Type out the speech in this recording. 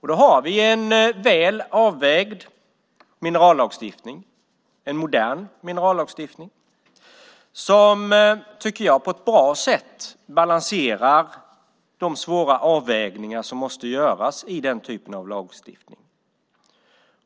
Vi har en väl avvägd minerallagstiftning, en modern minerallagstiftning, som på ett bra sätt balanserar de svåra avvägningar som måste göras i den typen av lagstiftning.